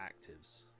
actives